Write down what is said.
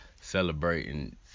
celebrating